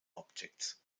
objects